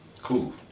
cool